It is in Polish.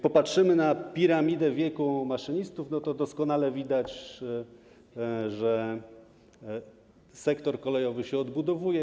popatrzymy na piramidę wieku maszynistów, to doskonale widać, że sektor kolejowy się odbudowuje.